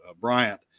Bryant